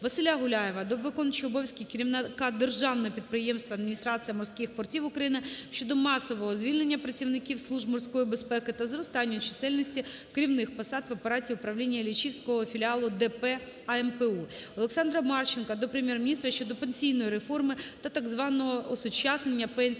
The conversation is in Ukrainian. Василя Гуляєва до Виконуючого обов'язки керівника державного підприємства "Адміністрація морських портів України" щодо масового звільнення працівників служб морської безпеки та зростанню чисельності керівних посад в апараті управління Іллічівського філіалу ДП "АМПУ". Олександра Марченка до Прем'єр-міністра щодо пенсійної реформи та так званого "осучаснення" пенсії